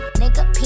nigga